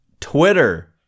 Twitter